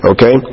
Okay